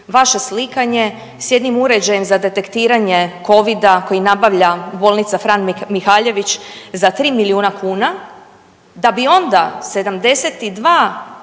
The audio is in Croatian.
vaše slikanje s jednim uređajem za detektiranje Covida koji nabavlja bolnica Fran Mihaljević za 3 milijuna kuna, da bi onda 72,7